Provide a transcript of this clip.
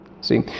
See